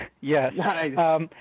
Yes